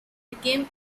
became